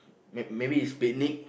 may maybe it's picnic